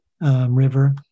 River